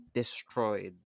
destroyed